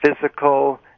physical